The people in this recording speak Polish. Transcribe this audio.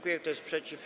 Kto jest przeciw?